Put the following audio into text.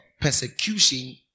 persecution